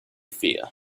fear